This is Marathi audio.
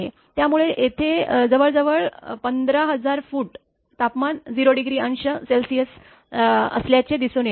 त्यामुळे येथे जवळजवळ १५००० फूट तापमान 0° अंश सेल्सिअस असल्याचे दिसून येत आहे